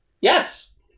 Yes